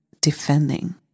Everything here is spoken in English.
defending